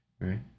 Right